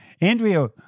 Andrea